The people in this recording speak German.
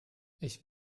ich